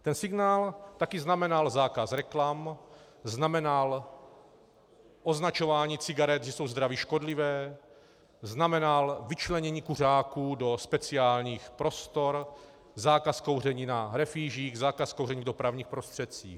Ten signál taky znamenal zákaz reklam, znamenal označování cigaret, že jsou zdraví škodlivé, znamenal vyčlenění kuřáků do speciálních prostor, zákaz kouření na refýžích, zákaz kouření v dopravních prostředcích.